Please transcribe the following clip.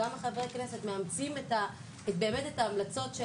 גם חברי הכנסת מאמצים באמת את ההמלצות של